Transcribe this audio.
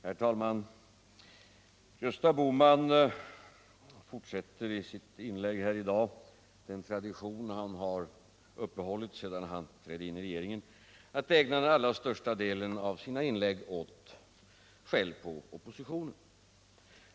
Herr talman! Gösta Bohman fortsätter i sitt anförande här i dag den tradition han uppehållit sedan han trädde in i regeringen, nämligen att ägna den allra största delen av sina inlägg åt skäll på oppositionen.